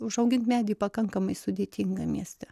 užaugint medį pakankamai sudėtinga mieste